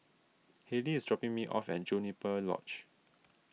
Hallie is dropping me off at Juniper Lodge